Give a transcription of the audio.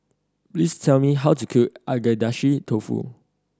please tell me how to cook Agedashi Dofu